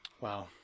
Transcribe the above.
Wow